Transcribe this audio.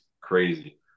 crazy